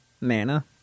Mana